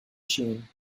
sheen